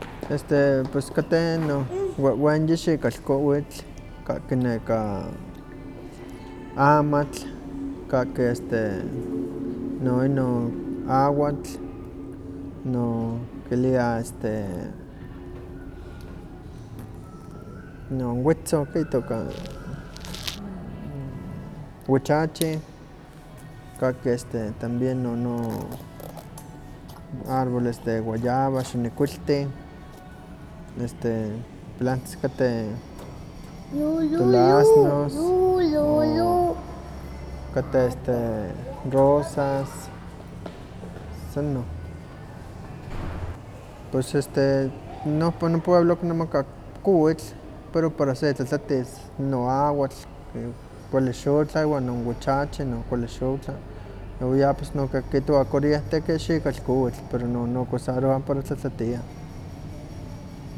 Este pues kateh non wehwenyi xilakowitl, kahki nekan, amatl, kahki este noinonawatl, no kiliah este non witzoh keh itooka witzache, kahki tambien nono arboles de wayaba, xinekuiltih, plantas kateh, tulaznos, o kateh este rosas, san inon. Pus este nohpa nopueblo kinemakah no kowitl pero para se tlatlatis, inon awatl kuali xotla iwa inon witzacheh no kuali xotla, wan no ya no pues kihtowah corriente kixikalkowitl pero no kusarowah para tlatlatiah.